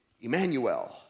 Emmanuel